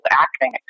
acting